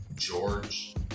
George